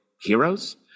heroes